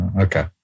Okay